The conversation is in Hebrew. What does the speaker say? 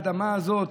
האדמה הזאת,